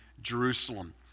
Jerusalem